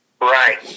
Right